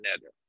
nether